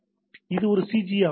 இது ஒரு சிஜிஐ ஆவணமாகும்